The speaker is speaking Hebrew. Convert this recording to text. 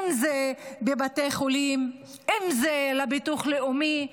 אם זה בבתי חולים, אם זה לביטוח לאומי,